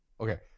Okay